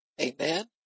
Amen